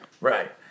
Right